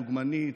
דוגמנית,